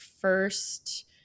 first